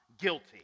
guilty